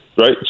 right